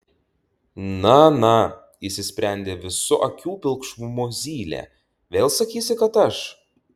na na įsisprendė visu akių pilkšvumu zylė vėl sakysi kad aš